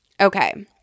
Okay